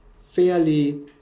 fairly